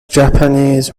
japanese